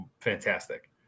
fantastic